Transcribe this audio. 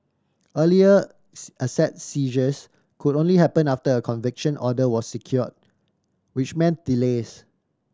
earlier asset seizures could only happen after a conviction order was secured which meant delays